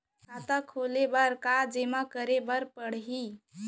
खाता खोले बर का का जेमा करे बर पढ़इया ही?